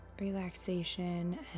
Relaxation